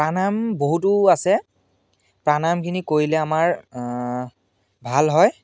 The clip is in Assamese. প্ৰাণায়াম বহুতো আছে প্ৰাণায়ামখিনি কৰিলে আমাৰ ভাল হয়